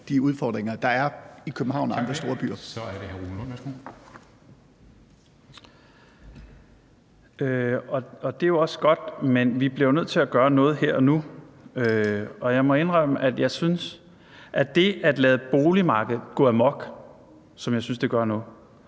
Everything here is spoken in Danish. Så er det hr. Rune Lund. Værsgo. Kl. 13:06 Rune Lund (EL): Det er også godt, men vi bliver jo nødt til at gøre noget her og nu. Og jeg må indrømme, at jeg synes, at det at lade boligmarkedet gå amok, som jeg synes det gør nu,